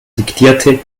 diktierte